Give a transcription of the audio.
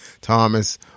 Thomas